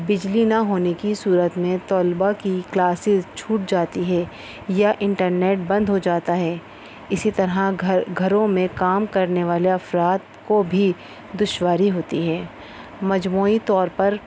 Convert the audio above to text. بجلی نہ ہونے کی صورت میں طلباء کی کلاسیز چھوٹ جاتی ہے یا انٹرنیٹ بند ہو جاتا ہے اسی طرح گھر گھروں میں کام کرنے والے افراد کو بھی دشواری ہوتی ہے مجموعی طور پر